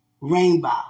rainbow